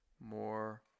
more